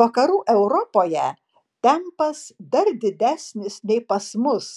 vakarų europoje tempas dar didesnis nei pas mus